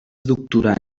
doctorar